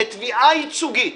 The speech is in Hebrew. לתביעה ייצוגית,